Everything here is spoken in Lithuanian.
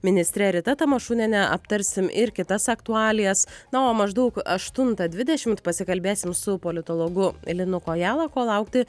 ministre rita tamašuniene aptarsim ir kitas aktualijas na o maždaug aštuntą dvidešimt pasikalbėsim su politologu linu kojala ko laukti